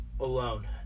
Alone